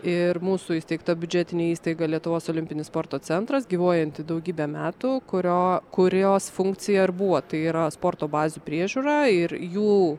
ir mūsų įsteigta biudžetinė įstaiga lietuvos olimpinis sporto centras gyvuojanti daugybę metų kurio kurios funkcija ir buvo tai yra sporto bazių priežiūra ir jų